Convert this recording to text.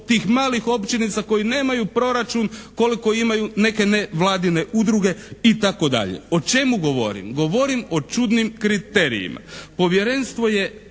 tih malih općinica koji nemaju proračun koliko imaju neke nevladine udruge itd. O čemu govorim? Govorim o čudnim kriterijima. Povjerenstvo je